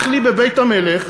אח לי בבית המלך,